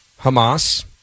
Hamas